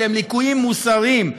אלה הם ליקויים מוסריים.